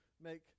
make